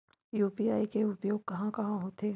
UPI के उपयोग कहां कहा होथे?